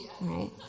right